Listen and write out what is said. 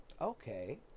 Okay